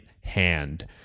hand